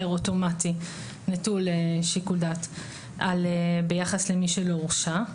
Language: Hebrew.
אוטומטי נטול שיקול דעת ביחס למי שלא הורשע.